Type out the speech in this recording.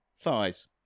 thighs